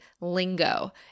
lingo